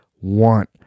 want